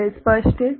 यह स्पष्ट है